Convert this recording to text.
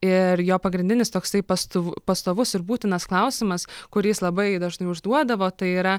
ir jo pagrindinis toksai pastu pastovus ir būtinas klausimas kurį jis labai dažnai užduodavo tai yra